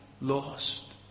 lost